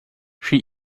she